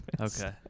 Okay